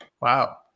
Wow